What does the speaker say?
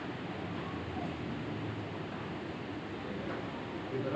PhonePe లేదా Paytm ద్వారా తిరిగి చల్లించవచ్చ?